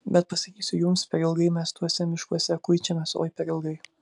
bet pasakysiu jums per ilgai mes tuose miškuose kuičiamės oi per ilgai